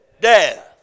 death